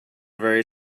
very